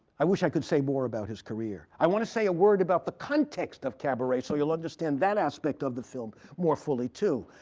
i wish i could say more about his career. i want to say a word about the context of cabaret, so you'll understand that aspect of the film more fully, too.